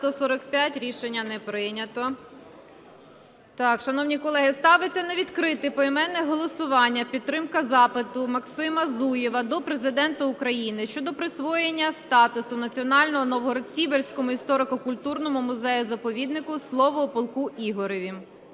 За-145 Рішення не прийнято. Так, шановні колеги, ставиться на відкрите поіменне голосування підтримка запиту Максима Зуєва до Президента України щодо присвоєння статусу національного Новгород-Сіверському історико-культурному музею-заповіднику "Слово о полку Ігоревім".